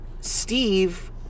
Steve